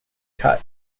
cut